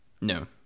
No